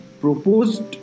proposed